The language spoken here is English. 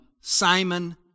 Simon